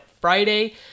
Friday